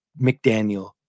McDaniel